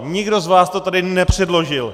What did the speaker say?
Nikdo z vás to tady nepředložil!